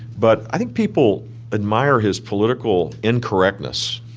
but i think people admire his political incorrectness.